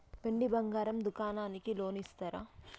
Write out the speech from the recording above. వెండి బంగారం దుకాణానికి లోన్ ఇస్తారా?